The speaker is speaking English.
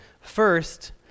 First